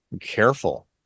careful